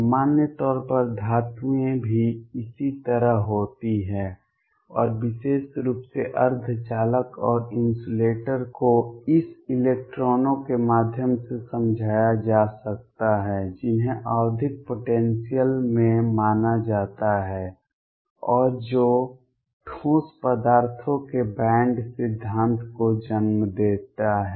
सामान्य तौर पर धातुएं भी इसी तरह होती हैं और विशेष रूप से अर्धचालक और इन्सुलेटर को इस इलेक्ट्रॉनों के माध्यम से समझाया जा सकता है जिन्हें आवधिक पोटेंसियल में माना जाता है और जो ठोस पदार्थों के बैंड सिद्धांत को जन्म देता है